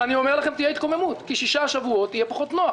אני אומר לכם שתהיה התקוממות כי במשך שישה שבועות יהיה פחות נוח,